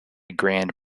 grand